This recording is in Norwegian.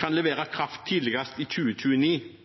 kan levere kraft tidligst i 2029,